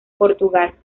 portugal